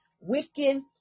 wicked